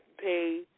pay